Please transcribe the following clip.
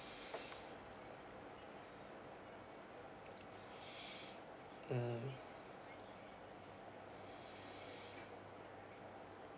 mm